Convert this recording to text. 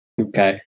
Okay